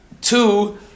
two